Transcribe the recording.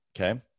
Okay